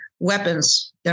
weapons